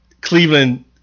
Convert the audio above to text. Cleveland